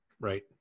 Right